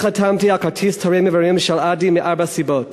אני חתמתי על כרטיס תורם איברים של "אדי" מארבע סיבות: